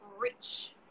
rich